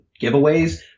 giveaways